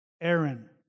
Aaron